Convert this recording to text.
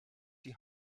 die